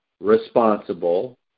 responsible